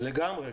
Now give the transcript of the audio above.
לגמרי.